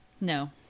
No